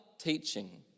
teaching